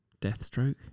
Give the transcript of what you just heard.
Deathstroke